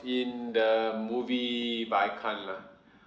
in the movie but I can't lah